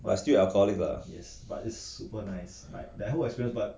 but still alcoholic lah